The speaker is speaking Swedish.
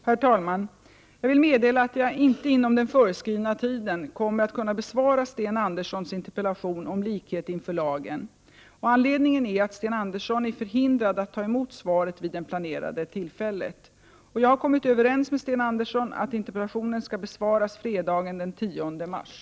Herr talman! Jag vill meddela att jag inte inom den föreskrivna tiden kommer att kunna besvara Sten Anderssons i Malmö interpellation om likhet inför lagen. Anledningen är att Sten Andersson är förhindrad att ta emot svaret vid det planerade tillfället. Jag har kommit överens med Sten Andersson om att interpellationen skall besvaras fredagen den 10 mars.